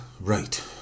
Right